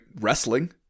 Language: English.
wrestling